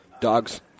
Dogs